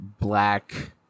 black